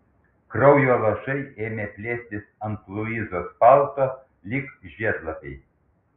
kraujo lašai ėmė plėstis ant luizos palto lyg žiedlapiai